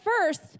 first